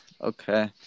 Okay